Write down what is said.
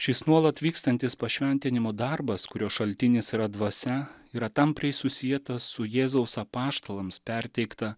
šis nuolat vykstantis pašventinimo darbas kurio šaltinis yra dvasia yra tampriai susietas su jėzaus apaštalams perteikta